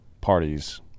parties